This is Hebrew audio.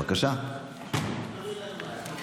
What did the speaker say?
תודה רבה.